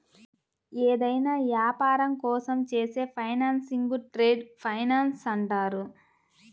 ఏదైనా యాపారం కోసం చేసే ఫైనాన్సింగ్ను ట్రేడ్ ఫైనాన్స్ అంటారు